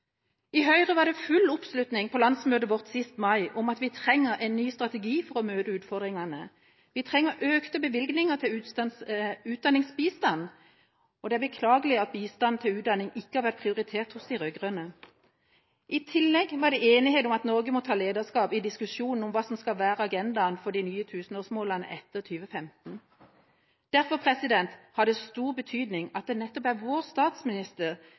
I Høyre var det full oppslutning på landsmøtet vårt sist mai om at vi trenger en ny strategi for å møte utfordringene. Vi trenger økte bevilgninger til utdanningsbistand. Det er beklagelig at bistanden til utdanning ikke har vært prioritert av de rød-grønne. I tillegg var det enighet om at Norge må ta lederskap i diskusjonen om hva som skal være agendaen for de nye tusenårsmålene etter 2015. Derfor har det stor betydning at det er nettopp vår statsminister